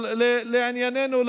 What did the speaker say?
אבל לענייננו,